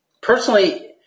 personally